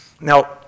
Now